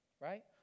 right